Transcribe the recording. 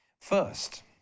first